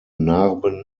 narben